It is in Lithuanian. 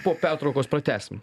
po pertraukos pratęsim